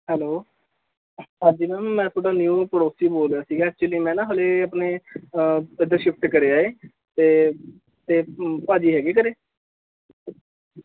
hello ਹਾਂਜੀ ma'am ਮੈਂ ਤੁਹਾਡਾ ਨਿਊ ਪੜੋਸੀ ਬੋਲ਼ ਰਿਹਾ ਸੀਗਾ ਐਕਚੁਅਲੀ ਮੈਂ ਨਾ ਹਲੇ ਆਪਣੇ ਇੱਧਰ ਸ਼ਿਫਟ ਕਰਿਆ ਏ ਅਤੇ ਅਤੇ ਭਾਅ ਜੀ ਹੈਗੇ ਘਰ